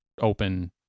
open